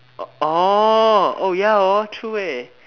orh oh ya hor true eh